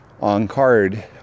on-card